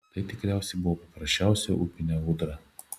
tai tikriausiai buvo paprasčiausia upinė ūdra